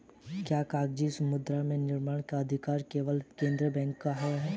क्या कागजी मुद्रा के निर्गमन का अधिकार केवल केंद्रीय बैंक को है?